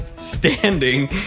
Standing